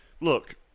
look